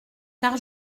car